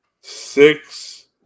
Six